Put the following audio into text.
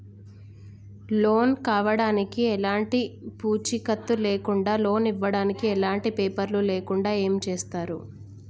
Loan కావడానికి ఎలాంటి పూచీకత్తు లేకుండా లోన్ ఇవ్వడానికి ఎలాంటి పేపర్లు లేకుండా ఏం చేస్తారు?